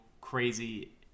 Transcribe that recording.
crazy